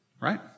Right